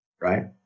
right